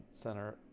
center